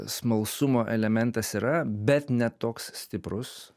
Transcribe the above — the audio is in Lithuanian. smalsumo elementas yra bet ne toks stiprus